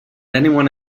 anyone